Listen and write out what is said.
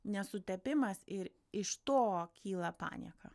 nesutapimas ir iš to kyla panieka